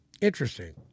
Interesting